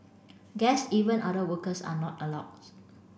guests even other workers are not allowed